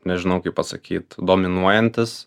nežinau kaip pasakyt dominuojantis